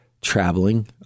traveling